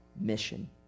mission